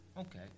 Okay